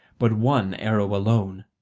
but one arrow alone.